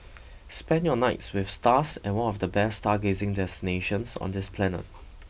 spend your nights with stars at one of the best stargazing destinations on this planet